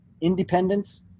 Independence